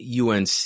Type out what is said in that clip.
UNC